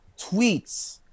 tweets